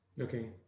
okay